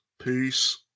peace